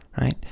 right